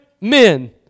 men